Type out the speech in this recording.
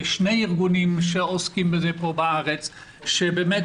יש שני ארגונים שעוסקים פה בזה בארץ שבאמת